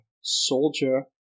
soldier